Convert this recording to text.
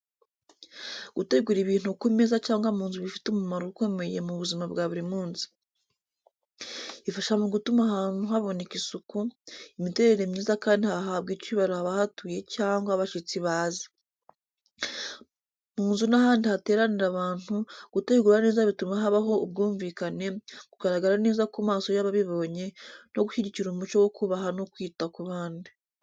Gutegura ibintu ku meza cyangwa mu nzu bifite umumaro ukomeye mu buzima bwa buri munsi. Bifasha mu gutuma ahantu haboneka isuku, imiterere myiza kandi hahabwa icyubahiro abahatuye cyangwa abashyitsi baza. Mu nzu n’ahandi hateranira abantu, gutegura neza bituma habaho ubwumvikane, kugaragara neza ku maso y’ababibonye, no gushyigikira umuco wo kubaha no kwita ku bandi.